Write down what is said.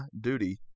duty